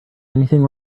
anything